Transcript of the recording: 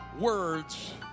words